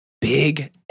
Big